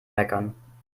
meckern